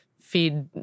feed